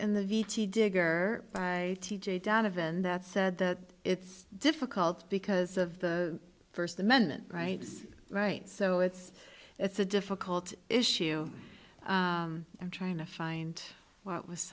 in the v t digger by t j donovan that said that it's difficult because of the first amendment rights rights so it's it's a difficult issue i'm trying to find what was